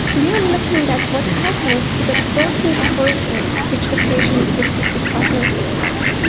we are looking at what happens to the broken protein which the patients with cystic fibrosis have.